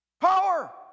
power